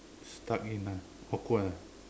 stuck in ah awkward ah